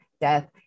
death